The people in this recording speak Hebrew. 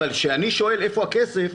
אבל כשאני שואל איפה הכסף,